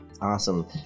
Awesome